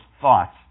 thoughts